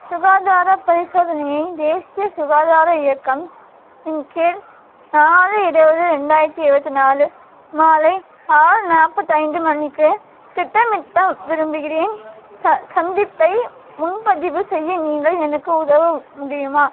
சுகாதாரப் பரிசோதனையை தேசிய சுகாதார இயக்கம் இன் கீழ் நாலு இருபது ரெண்டாயிரத்து இருபத்தி நாலு மாலை ஆறு நாற்பத்தைந்து மணிக்கு திட்டமிட விரும்புகிறேன் ச சந்திப்பை முன்பதிவு செய்ய நீங்கள் எனக்கு உதவ முடியுமா